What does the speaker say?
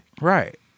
Right